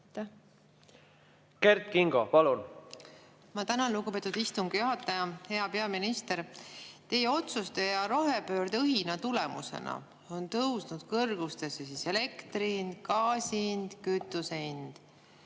Kert Kingo, palun! Ma tänan, lugupeetud istungi juhataja! Hea peaminister! Teie otsuste ja rohepöördeõhina tulemusena on tõusnud kõrgustesse elektri hind, gaasi hind, kütuse hind.